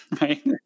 right